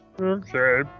Okay